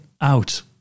out